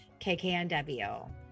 kknw